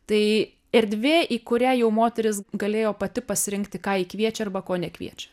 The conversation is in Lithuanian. tai erdvė į kurią jau moteris galėjo pati pasirinkti ką ji kviečia arba ko nekviečia